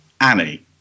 annie